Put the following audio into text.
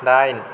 दाइन